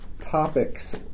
topics